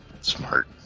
Smart